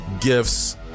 gifts